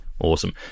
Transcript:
Awesome